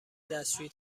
دستشویی